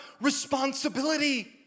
responsibility